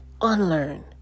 unlearn